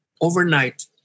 overnight